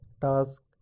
task